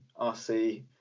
RC